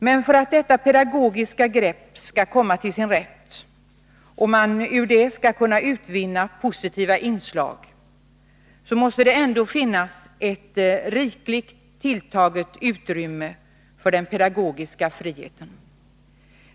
Men för att detta pedagogiska grepp skall komma till sin rätt och för att man ur det skall kunna utvinna positiva inslag, måste det finnas ett rikligt tilltaget utrymme för den pedagogiska friheten.